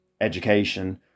education